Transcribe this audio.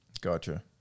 Gotcha